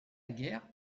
guerre